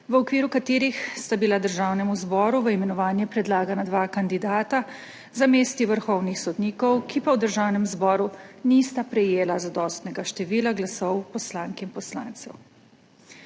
v okviru katerih sta bila Državnemu zboru v imenovanje predlagana dva kandidata za mesti vrhovnih sodnikov, ki pa v Državnem zboru nista prejela zadostnega števila glasov poslank in poslancev.